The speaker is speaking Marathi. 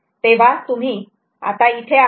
तेव्हा तुम्ही आता इथे आहात